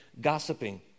gossiping